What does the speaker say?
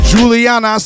Juliana